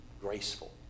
graceful